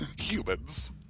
humans